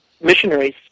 missionaries